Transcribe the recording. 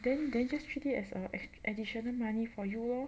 then then just treat it as a additional money for you lor